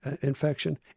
Infection